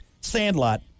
Sandlot